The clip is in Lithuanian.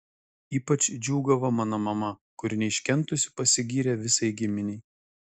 ypač džiūgavo mano mama kuri neiškentusi pasigyrė visai giminei